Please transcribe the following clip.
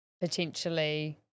potentially